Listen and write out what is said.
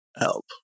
help